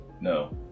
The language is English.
No